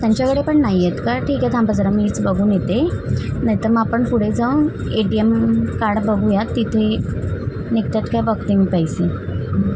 त्यांच्याकडे पण नाही आहेत का ठीके थांबा सर मीच बघून येते नाहीतर मग आपण पुढे जाऊन ए टी एम कार्ड बघूयात तिथे निघतात का बघते मी पैसे